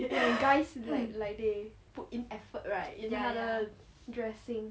!wah! guys like like they put in effort right you know 他的 dressing